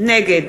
נגד